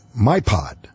MyPod